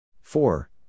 Four